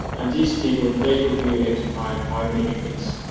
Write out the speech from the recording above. and these people they could be electrified by mini-grids.